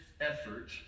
effort